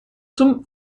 zum